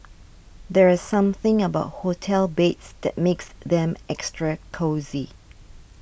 there's something about hotel beds that makes them extra cosy